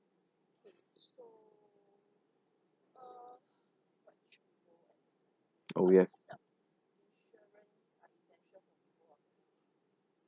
oh ya